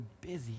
busy